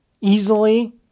easily